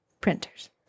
printers